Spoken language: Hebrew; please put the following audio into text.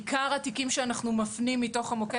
עיקר התיקים שאנחנו מפנים מתוך המוקד,